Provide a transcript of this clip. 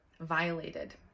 violated